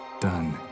done